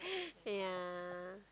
yeah